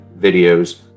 videos